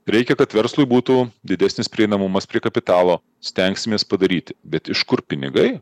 reikia kad verslui būtų didesnis prieinamumas prie kapitalo stengsimės padaryti bet iš kur pinigai